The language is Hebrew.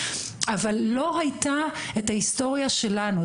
אבל לא הייתה את ההיסטוריה שלנו,